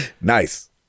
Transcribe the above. Nice